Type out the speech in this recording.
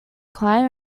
climb